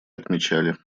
отмечали